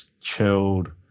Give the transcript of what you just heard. chilled